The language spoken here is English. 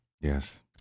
Yes